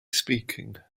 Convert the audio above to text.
speaking